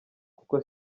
kuko